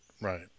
Right